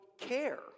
care